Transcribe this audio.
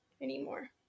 anymore